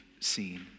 Seen